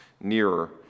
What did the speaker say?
nearer